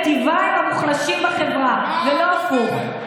מיטיבה עם המוחלשים בחברה ולא הפוך.